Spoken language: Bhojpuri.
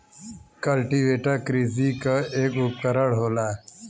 कल्टीवेटर कृषि क एक उपकरन होला